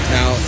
Now